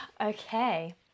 Okay